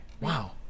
Wow